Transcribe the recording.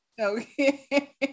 okay